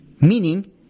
meaning